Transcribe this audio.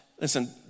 Listen